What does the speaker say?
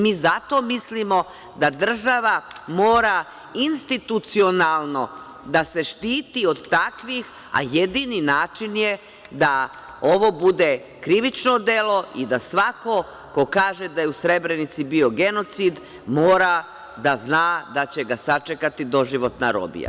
Mi zato mislimo da država mora institucionalno da se štiti od takvih, a jedini način je da ovo bude krivično delo i da svako ko kaže da je u Srebrenici bio genocid mora da zna da će ga sačekati doživotna robija.